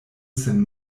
sin